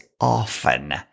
often